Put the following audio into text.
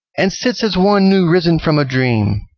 and sits as one new risen from a dream.